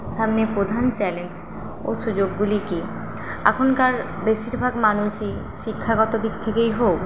সামনে প্রধান চ্যালেঞ্জ ও সুযোগগুলি কী এখনকার বেশিরভাগ মানুষই শিক্ষাগত দিক থেকেই হোক